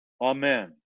Amen